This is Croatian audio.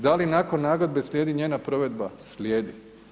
Da li nakon nagodbe slijedi njena provedba, slijedi.